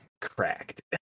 cracked